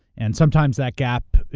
and sometimes that gap,